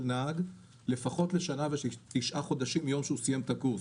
נהג לפחות לשנה ותשעה חודשים מיום שהוא סיים את הקורס,